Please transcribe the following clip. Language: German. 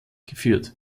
geführt